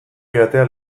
joatea